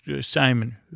Simon